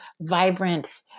vibrant